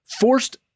Forced